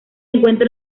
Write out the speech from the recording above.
encuentra